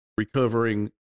Recovering